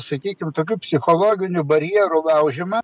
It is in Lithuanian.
suteikiame tokių psichologinių barjerų laužymą